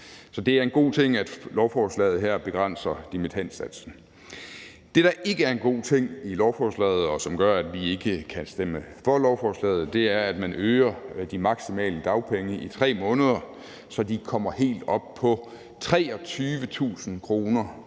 Så det er en god ting, at lovforslaget her begrænser dimittendsatsen. Det, der ikke er en god ting i lovforslaget, og som gør, at vi ikke kan stemme for lovforslaget, er, at man øger de maksimale dagpenge i 3 måneder, så de kommer helt op på 23.000 kr.